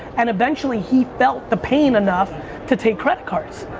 and eventually he felt the pain enough to take credit cards.